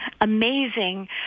amazing